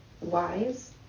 wise